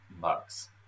Bucks